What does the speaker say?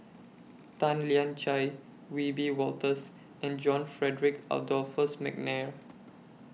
Tan Lian Chye Wiebe Wolters and John Frederick Adolphus Mcnair